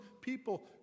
people